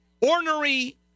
ornery